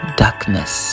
darkness